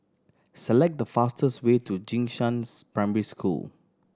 select the fastest way to Jing Shan's Primary School